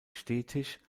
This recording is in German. stetig